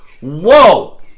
Whoa